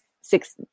six